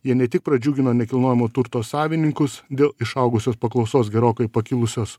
jie ne tik pradžiugino nekilnojamo turto savininkus dėl išaugusios paklausos gerokai pakilusios